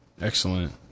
Excellent